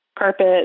carpet